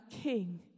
king